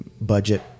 budget